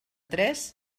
tres